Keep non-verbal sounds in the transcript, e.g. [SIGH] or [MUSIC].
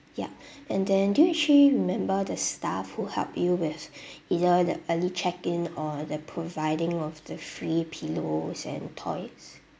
yup [BREATH] and then do you actually remember the staff who helped you with [BREATH] either the early check in or the providing of the free pillows and toys